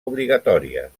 obligatòries